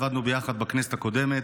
עבדנו ביחד בכנסת הקודמת.